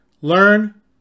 learn